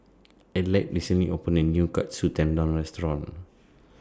Adelaide recently opened A New Katsu Tendon Restaurant